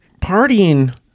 partying